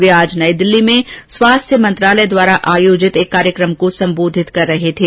वे आज नई दिल्ली में स्वास्थ्य मंत्रालय द्वारा आयोजित एक कार्यक्रम को संबोधित कर रहे थे